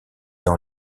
dans